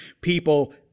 people